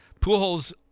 pujols